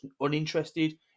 uninterested